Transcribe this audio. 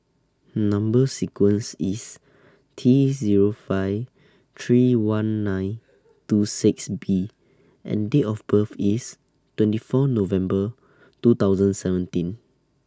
Number sequence IS T Zero five three one nine two six B and Date of birth IS twenty four November two thousand seventeen